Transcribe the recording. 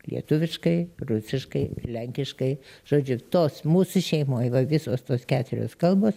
lietuviškai rusiškai ir lenkiškai žodžiu tos mūsų šeimoj va visos tos keturios kalbos